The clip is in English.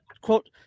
quote